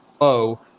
low